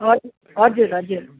हजुर हजुर हजुर